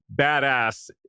badass